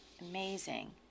amazing